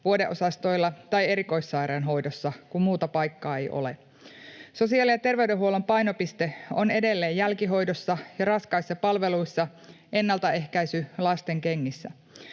vuodeosastoilla tai erikoissairaanhoidossa, kun muuta paikkaa ei ole. Sosiaali- ja terveydenhuollon painopiste on edelleen jälkihoidossa ja raskaissa palveluissa, ennaltaehkäisy lastenkengissä: